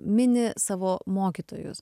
mini savo mokytojus